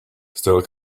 still